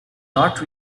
not